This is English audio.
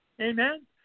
Amen